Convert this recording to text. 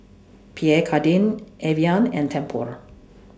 Pierre Cardin Evian and Tempur